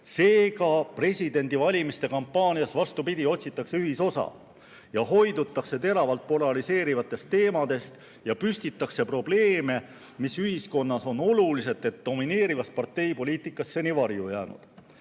Seega, presidendivalimise kampaanias, vastupidi, otsitakse ühisosa ja hoidutakse teravalt polariseerivatest teemadest ja püstitatakse probleeme, mis ühiskonnas on olulised, ent domineerivas parteipoliitikas seni varju jäänud.